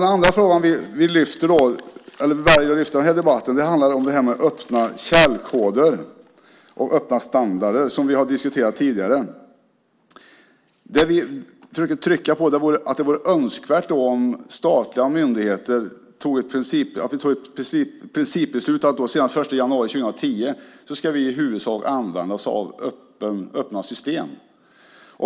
Den andra frågan vi väljer att lyfta fram i den här debatten handlar om öppna källkoder och öppna standarder, som vi har diskuterat tidigare. Det vi försöker trycka på är att det vore önskvärt att statliga myndigheter tar ett principbeslut att vi senast den 1 januari 2010 i huvudsak ska använda oss av öppna system.